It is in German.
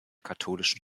katholischen